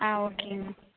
ஆ ஓகேங்க